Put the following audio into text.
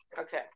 Okay